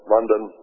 London